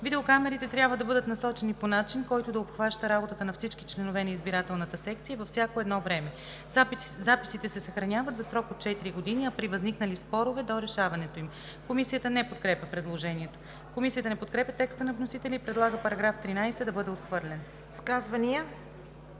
Видеокамерите трябва да бъдат насочени по начин, който да обхваща работата на всички членове на избирателната секция във всяко едно време. Записите се съхраняват за срок от четири години, а при възникнали спорове – до решаването им.“ Комисията не подкрепя предложението. Комисията не подкрепя текста на вносителя и предлага § 13 да бъде отхвърлен.